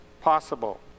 possible